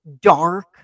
dark